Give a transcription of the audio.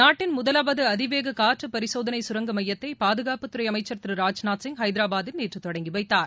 நாட்டின் முதலாவது அதிவேக காற்று பரிசோதளை சுரங்க மையத்தை பாதுகாப்புத்துறை அமைச்சர் திரு ராஜ்நாத் சிங் ஐதராபாதில் நேற்று தொடங்கி வைத்தார்